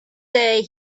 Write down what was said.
day